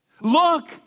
Look